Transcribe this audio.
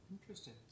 Interesting